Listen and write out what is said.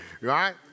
Right